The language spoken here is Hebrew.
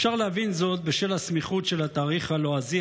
אפשר להבין זאת בשל הסמיכות של התאריך הלועזי